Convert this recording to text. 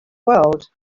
world